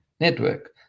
network